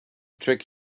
trick